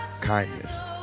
kindness